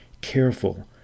careful